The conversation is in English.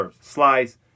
slice